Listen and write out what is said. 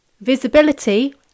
Visibility